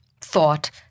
thought